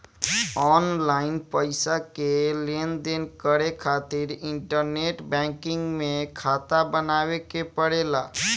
online पईसा के लेनदेन करे खातिर इंटरनेट बैंकिंग में खाता बनावे के पड़ेला